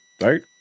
Right